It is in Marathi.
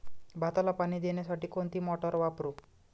भाताला पाणी देण्यासाठी कोणती मोटार वापरू?